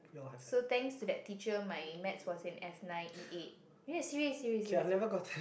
so thanks to that teacher my math was an F-nine E-eight serious serious serious